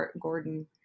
Gordon